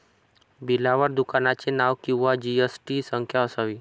बिलावर दुकानाचे नाव किंवा जी.एस.टी संख्या असावी